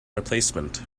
replacement